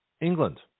England